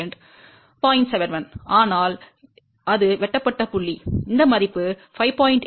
71 ஆனால் அது வெட்டப்பட்ட புள்ளி இந்த மதிப்பு 5